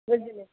ବୁଝିଲେ